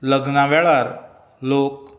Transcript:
लग्ना वेळार लोक